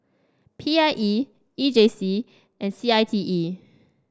P I E E J C and C I T E